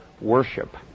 worship